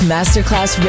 Masterclass